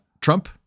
Trump